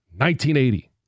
1980